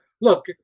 look